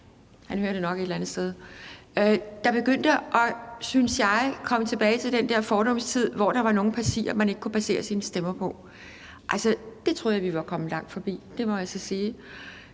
var faktisk hr. Jens Rohde, der begyndte, synes jeg, at vende tilbage til noget i fordums tid, hvor der var nogle partier, man ikke kunne basere sine stemmer på. Det troede jeg vi var kommet langt forbi, må jeg sige.